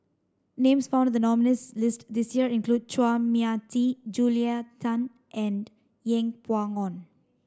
names found the nominees' list this year include Chua Mia Tee Julia Tan and Yeng Pway Ngon